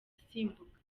asimbuka